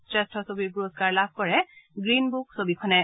শ্ৰেষ্ঠ ছবিৰ পুৰস্থাৰ লাভ কৰে 'গ্ৰীণ বুক' ছবিখনে